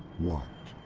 what?